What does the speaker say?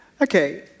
Okay